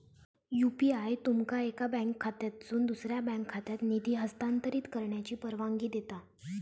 UPI तुमका एका bank खात्यातसून दुसऱ्यो बँक खात्यात निधी हस्तांतरित करण्याची परवानगी देता